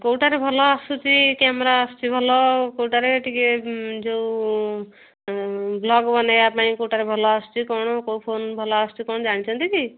କେଉଁଟାରେ ଭଲ ଆସୁଛି କ୍ୟାମେରା ଆସୁଛି ଭଲ କେଉଁଟାରେ ଟିକିଏ ଯେଉଁ ବ୍ଲଗ୍ ବନେଇବା ପାଇଁ କେଉଁଟାରେ ଭଲ ଆସୁଛି କ'ଣ କେଉଁ ଫୋନ୍ ଭଲ ଆସୁଛି କ'ଣ ଜାଣିଛନ୍ତି କି